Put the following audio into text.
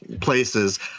places